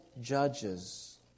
judges